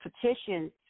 petitions